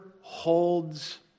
holds